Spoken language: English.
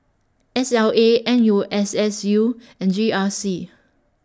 S L A N U S S U and G R C